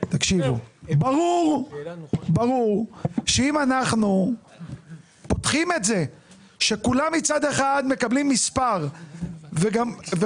ברור שאם אנחנו פותחים את זה שכולם מצד אחד מקבלים מספר וכל